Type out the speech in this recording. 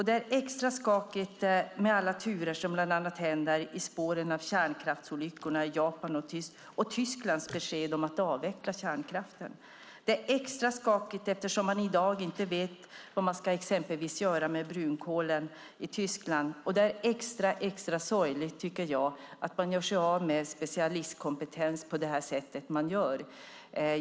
Det är extra skakigt med alla turer som vi ser bland annat i spåren av kärnkraftsolyckan i Japan och Tysklands besked om att avveckla kärnkraften. Det är extra skakigt eftersom man i dag inte vet vad man exempelvis ska göra med brunkolen i Tyskland. Det är extra sorgligt att man gör sig av med specialistkompetens på det sätt man gör, tycker jag.